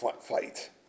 fight